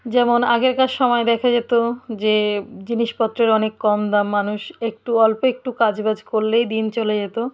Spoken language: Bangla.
যেমন আগেকার সময়ে দেখা যেত যে জিনিসপত্রের অনেক কম দাম মানুষ একটু অল্প একটু কাজবাজ করলেই দিন চলে যেত